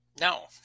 No